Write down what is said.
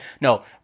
no